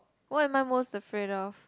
what am I most afraid of